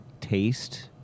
taste